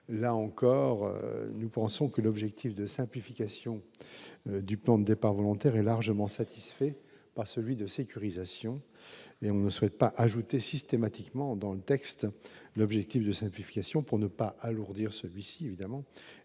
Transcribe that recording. là encore, nous pensons que l'objectif de simplification du plan départs volontaires et largement satisfait pas celui de sécurisation, mais on ne souhaite pas ajouter systématiquement dans le texte, l'objectif de simplification pour ne pas alourdir celui-ci évidemment